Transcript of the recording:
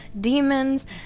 demons